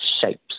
shapes